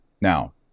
Now